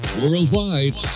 Worldwide